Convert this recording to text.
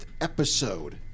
episode